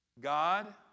God